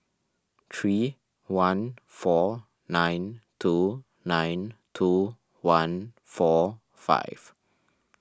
three one four nine two nine two one four five